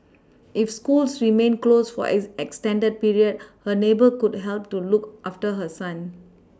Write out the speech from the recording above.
if schools remain close for extended period her neighbour could help to look after her son